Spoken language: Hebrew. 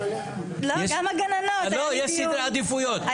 יש סדרי עדיפויות.